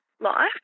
life